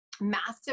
massive